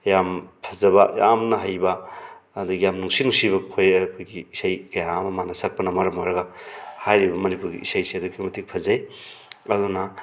ꯌꯥꯝ ꯐꯖꯕ ꯌꯥꯝꯅ ꯍꯩꯕ ꯑꯗꯒꯤ ꯌꯥꯝ ꯅꯨꯡꯁꯤ ꯅꯨꯡꯁꯤꯕ ꯑꯩꯈꯣꯏꯒꯤ ꯏꯁꯩ ꯀꯌꯥ ꯑꯃ ꯃꯥꯅ ꯁꯛꯄꯅ ꯃꯔꯝ ꯑꯣꯏꯔꯒ ꯍꯥꯏꯔꯤꯕ ꯃꯅꯤꯄꯨꯔꯒꯤ ꯏꯁꯩꯁꯦ ꯑꯗꯨꯛꯀꯤ ꯃꯇꯤꯛ ꯐꯖꯩ ꯑꯗꯨꯅ